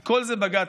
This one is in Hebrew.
את כל זה בג"ץ